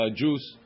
juice